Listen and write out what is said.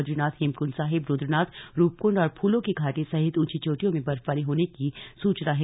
बदरीनाथ हेमकुंड साहिब रुद्रनाथ रूपकुंड और फूलों की घाटी सहित ऊंची चोटियों में बर्फबारी होने की सूचना है